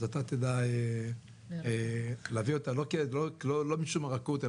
אז אתה תדע להביא אותה לא משום הרכות,